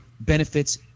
benefits